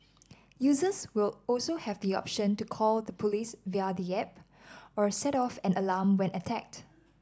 users will also have the option to call the police via the app or set off an alarm when attacked